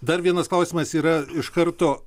dar vienas klausimas yra iš karto